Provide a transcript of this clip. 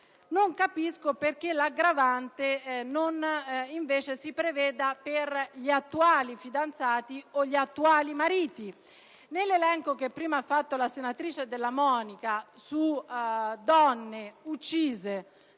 non capisco perché l'aggravante non si preveda anche per gli attuali fidanzati e gli attuali mariti. Nell'elenco prima fatto dalla senatrice Della Monica sulle donne uccise